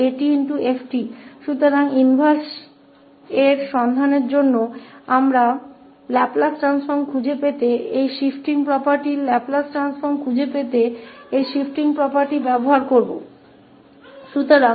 इसलिए इनवर्स खोजने के लिए हम इस shifting property का उपयोग लाप्लास परिवर्तन को खोजने के लिए करेंगे हम इस shifting property का उपयोग कर सकते हैं